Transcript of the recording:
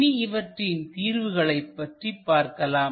இனி இவற்றின் தீர்வுகளைப் பற்றி பார்க்கலாம்